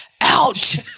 out